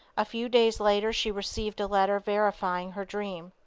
a few days later she received a letter verifying her dream.